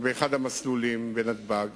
באחד המסלולים בנתב"ג